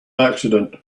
accident